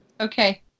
Okay